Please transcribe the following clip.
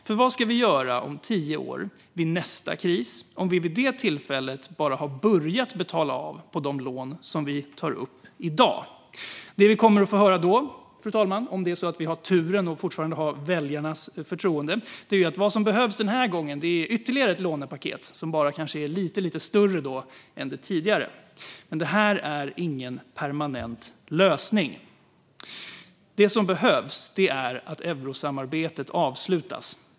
För vad ska vi göra i nästa kris om tio år om vi då bara börjat betala av de lån vi i dag tar upp? Det vi då kommer att få höra, om vi har turen att fortfarande ha väljarnas förtroende, är att allt som behövs är ytterligare ett lånepaket som bara är lite, lite större än det förra. Detta är dock ingen permanent lösning. Det som behövs är att eurosamarbetet avslutas.